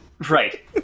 Right